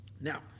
Now